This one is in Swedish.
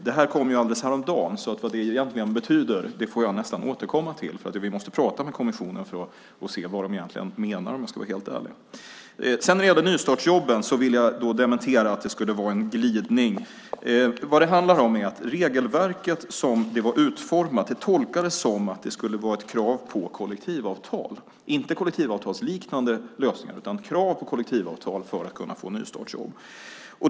Det här kom häromdagen, så vad det egentligen betyder får jag nästan återkomma till, för vi måste prata med kommissionen för att se vad de egentligen menar, om jag ska vara helt ärlig. När det gäller nystartsjobben vill jag dementera att det skulle vara en glidning. Vad det handlar om är att regelverket, som det var utformat, tolkades som att det skulle vara ett krav på kollektivavtal, inte kollektivavtalsliknande lösningar utan krav på kollektivavtal, för att kunna få nystartsjobb.